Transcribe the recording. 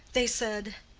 they said,